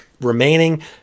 remaining